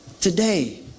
today